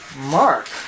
Mark